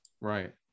Right